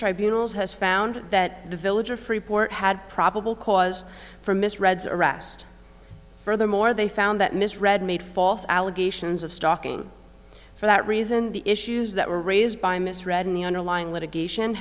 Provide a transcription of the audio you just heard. tribunals has found that the village of freeport had probable cause for misreads arrest furthermore they found that misread made false allegations of stalking for that reason the issues that were raised by misread in the underlying litigation